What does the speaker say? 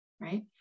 right